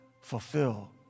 fulfill